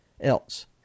else